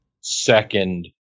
second